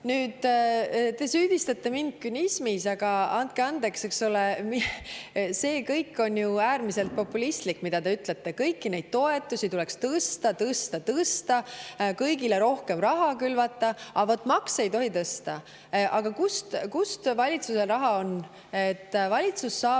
te süüdistate mind künismis. Aga, andke andeks, see kõik on ju äärmiselt populistlik, mida te ütlete. Kõiki toetusi tuleks tõsta, tõsta, tõsta, kõigile rohkem raha külvata, aga vot makse ei tohi tõsta. Aga kust valitsusel raha võtta on? Valitsus saab